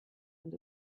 and